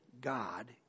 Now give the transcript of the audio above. God